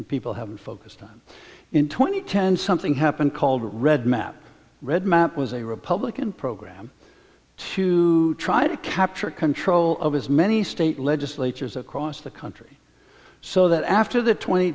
and people have been focused on in twenty ten something happened called red map red map was a republican program to try to capture control of his many state legislatures across the country so that after the twenty